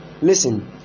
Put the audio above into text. Listen